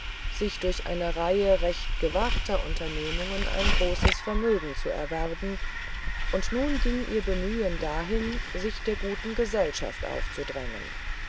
sich durch eine reihe recht gewagter unternehmungen ein großes vermögen zu erwerben und nun ging ihr bemühen dahin sich der guten gesellschaft aufzudrängen